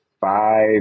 five